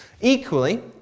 Equally